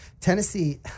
Tennessee